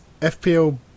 FPL